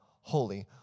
holy